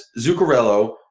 Zuccarello